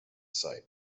site